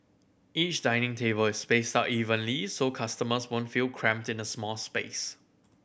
each dining table is spaced out evenly so customers won't feel cramped in a small space